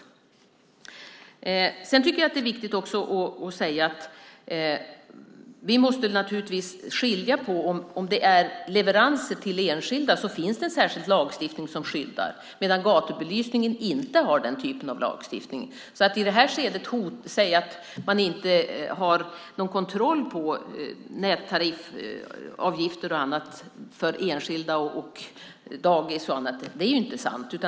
Dessutom tycker jag att det är viktigt att säga att vi naturligtvis måste skilja mellan olika leveranser. Om det är leveranser till enskilda finns det en särskild lagstiftning som skyddar, medan gatubelysningen inte har den typen av lagstiftning. Att i det här skedet säga att man inte har någon kontroll på nätavgifter och annat för enskilda, dagis och annat är ju inte sant.